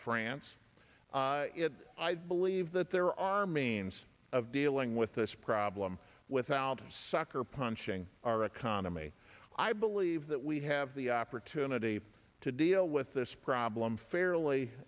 france i believe that there are means of dealing with this problem without sucker punching our economy i believe that we have the opportunity to deal with this problem fairly